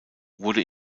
wurde